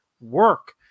work